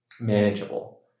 manageable